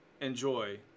enjoy